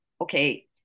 okay